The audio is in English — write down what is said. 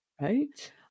Right